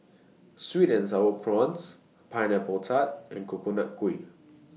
Sweet and Sour Prawns Pineapple Tart and Coconut Kuih